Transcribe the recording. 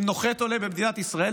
אם נוחת עולה במדינת ישראל,